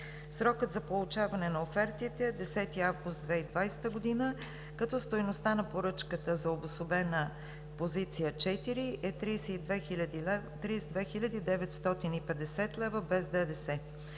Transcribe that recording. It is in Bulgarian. Срокът за получаване на офертите е 10 август 2020 г., като стойността на поръчката за обособена позиция № 4 е 32 950 лв. без ДДС,